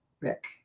Rick